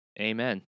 Amen